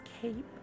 cape